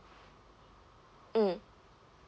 mm